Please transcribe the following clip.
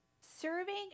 Serving